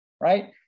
Right